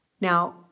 Now